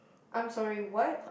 I'm sorry what